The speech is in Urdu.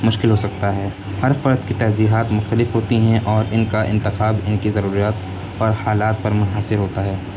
مشکل ہو سکتا ہے ہر فرد کی ترجیحات مختلف ہوتی ہیں اور ان کا انتخاب ان کی ضروریات اور حالات پر منحصر ہوتا ہے